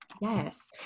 yes